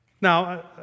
Now